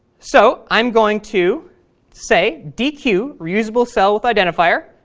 so i'm going to say dequeuereusablecellwithidentifier.